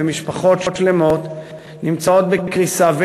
ומשפחות שלמות נמצאות בקריסה.